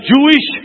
Jewish